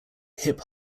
hip